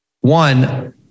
One